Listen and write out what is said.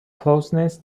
closeness